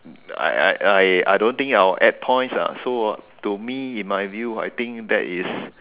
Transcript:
I I I I don't think I will add points ah so to me in my view I don't think that is